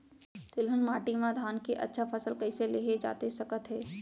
तिलहन माटी मा धान के अच्छा फसल कइसे लेहे जाथे सकत हे?